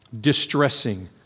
distressing